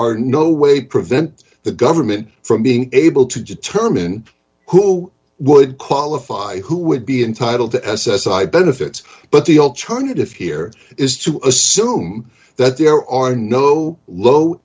are no way to prevent the government from being able to determine who would qualify who would be entitled to s s i benefits but the alternative here is to assume that there are no low